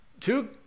Two